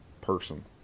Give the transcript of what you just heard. person